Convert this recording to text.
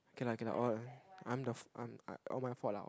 okay lah okay lah all I'm the f~ I'm the all my fault lah